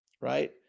right